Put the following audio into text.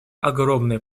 огромные